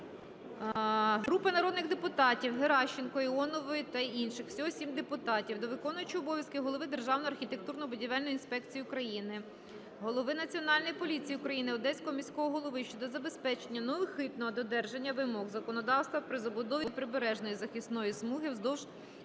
Групи народних депутатів (Геращенко, Іонової та інших. Всього 7 депутатів) до виконуючого обов'язки голови Державної архітектурно-будівельної інспекції України, голови Національної поліції України, Одеського міського голови щодо забезпечення неухитного додержання вимог законодавства при забудові прибережної захисної смуги вздовж